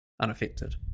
unaffected